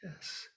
yes